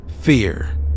fear